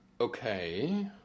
Okay